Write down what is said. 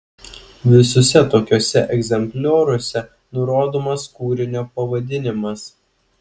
visuose tokiuose egzemplioriuose nurodomas kūrinio pavadinimas